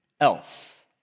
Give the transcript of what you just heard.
else